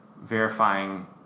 verifying